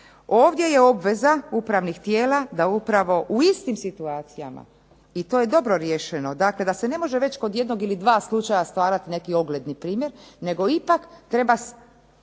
Ovdje je obveza upravnih tijela da upravo u istim situacijama i to je dobro riješeno, dakle da se ne može već kod jednog ili dva slučaja stvarati neki ogledni primjer nego ipak treba